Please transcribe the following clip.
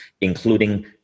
including